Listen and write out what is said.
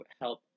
help